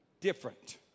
Different